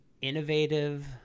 innovative